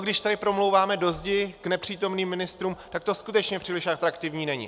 Když tady promlouváme do zdi k nepřítomným ministrům, tak to skutečně příliš atraktivní není.